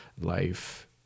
life